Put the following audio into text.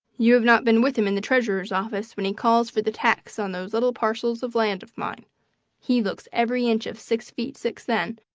you have not been with him in the treasurer's office when he calls for the tax on those little parcels of land of mine he looks every inch of six feet six then,